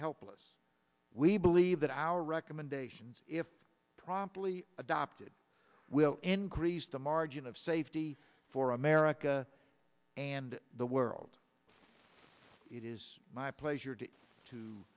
helpless we believe that our recommendations if properly adopted will increase the margin of safety for america and the world it is my pleasure to